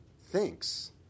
thinks